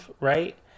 right